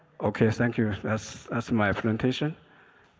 okay, thank you, that's my explanation.